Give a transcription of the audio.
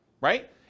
right